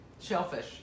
Shellfish